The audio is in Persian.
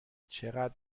چقد